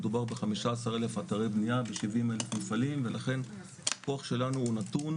מדובר ב-15,000 אתרי בניה ב-70,000 מפעלים ולכן הכוח שלנו הוא נתון,